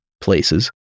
places